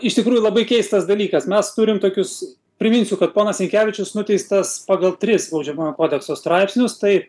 iš tikrųjų labai keistas dalykas mes turim tokius priminsiu kad ponas sinkevičius nuteistas pagal tris baudžiamojo kodekso straipsnius tai